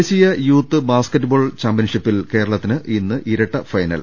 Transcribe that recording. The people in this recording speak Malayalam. ദേശീയ യൂത്ത് ബാസ്ക്കറ്റ്ബോൾ ചാമ്പ്യൻഷിപ്പിൽ കേരളത്തിന് ഇന്ന് ഇരട്ട ഫൈനൽ